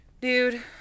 dude